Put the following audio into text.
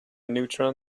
neutron